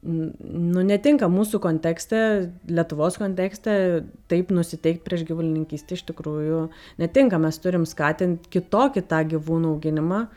nu netinka mūsų kontekste lietuvos kontekste taip nusiteikt prieš gyvulininkystę iš tikrųjų netinka mes turim skatint kitokį tą gyvūnų auginimą